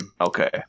Okay